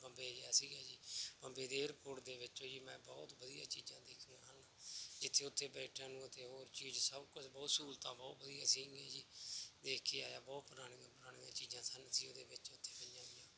ਬੰਬੇ ਗਿਆ ਸੀਗਾ ਜੀ ਬੰਬੇ ਦੇ ਏਅਰਪੋਟ ਦੇ ਵਿੱਚੋਂ ਜੀ ਮੈਂ ਬਹੁਤ ਵਧੀਆ ਚੀਜ਼ਾਂ ਦੇਖੀਆਂ ਹਨ ਜਿੱਥੇ ਉੱਥੇ ਬੈਠਣ ਨੂੰ ਅਤੇ ਹੋਰ ਚੀਜ਼ ਸਭ ਕੁਝ ਬਹੁਤ ਸਹੂਲਤਾਂ ਬਹੁਤ ਵਧੀਆ ਸੀਗੀਆਂ ਜੀ ਦੇਖ ਕੇ ਆਇਆ ਬਹੁਤ ਪੁਰਾਣੀਆਂ ਪੁਰਾਣੀਆਂ ਚੀਜ਼ਾਂ ਸਨ ਜੀ ਉਹਦੇ ਵਿੱਚ ਉੱਥੇ ਪਈਆਂ ਹੋਈਆਂ